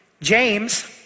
James